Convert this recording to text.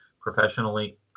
professionally